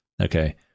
okay